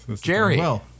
Jerry